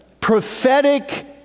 prophetic